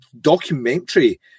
documentary